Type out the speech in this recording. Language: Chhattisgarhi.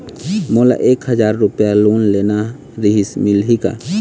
मोला एक हजार रुपया लोन लेना रीहिस, मिलही का?